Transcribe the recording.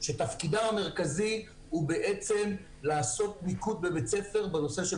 שתפקידם המרכזי הוא לעשות מיקוד בבית ספר בנושא של